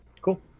Cool